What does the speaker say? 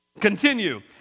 Continue